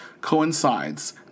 coincides